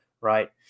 Right